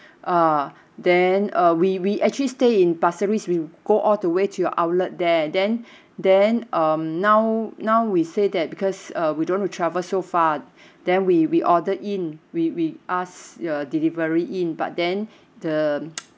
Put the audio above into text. ah then uh we we actually stay in pasir ris we go all the way to your outlet there then then um now now we say that because uh we don't want to travel so far then we we order in we we ask your delivery in but then the